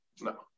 No